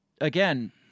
again